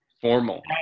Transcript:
Formal